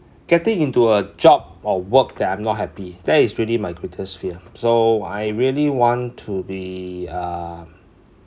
getting into a job or work that I'm not happy that is really my greatest fear so I really want to be uh